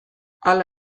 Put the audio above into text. hala